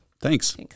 Thanks